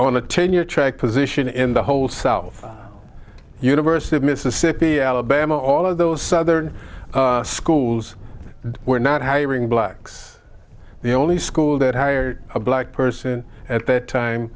a tenure track position in the whole self university of mississippi alabama all of those southern schools were not hiring blacks the only school that hired a black person at that time